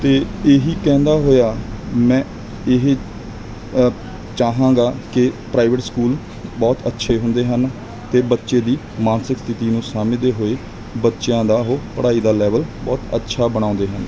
ਅਤੇ ਇਹੀ ਕਹਿੰਦਾ ਹੋਇਆ ਮੈਂ ਇਹ ਚਾਹਾਂਗਾ ਕਿ ਪ੍ਰਾਈਵੇਟ ਸਕੂਲ ਬਹੁਤ ਅੱਛੇ ਹੁੰਦੇ ਹਨ ਅਤੇ ਬੱਚੇ ਦੀ ਮਾਨਸਿਕ ਸਥਿਤੀ ਨੂੰ ਸਮਝਦੇ ਹੋਏ ਬੱਚਿਆਂ ਦਾ ਉਹ ਪੜ੍ਹਾਈ ਦਾ ਲੈਵਲ ਬਹੁਤ ਅੱਛਾ ਬਣਾਉਂਦੇ ਹਨ